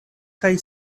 kaj